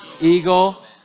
eagle